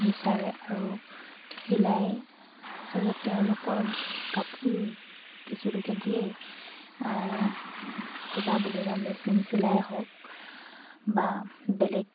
বিচাৰে আৰু চিলাই আচলতে তেওঁলোকৰ কাপোৰ কিছুলোকে দিয়ে চিলা বুলি বা মেচিন চিলাই হওক বা বেলেগ